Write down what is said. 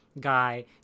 guy